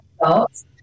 results